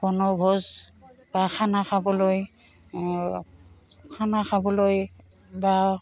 বনভোজ বা খানা খাবলৈ খানা খাবলৈ বা